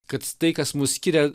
kad tai kas mus skiria